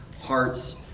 hearts